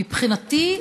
מבחינתי,